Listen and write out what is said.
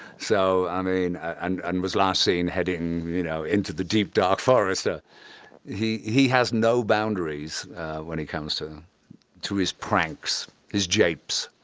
so, i mean and and was last seen heading you know into the deep, dark forest. ah he he has no boundaries when it comes to to his pranks, his japes.